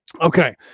Okay